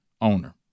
owner